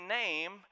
name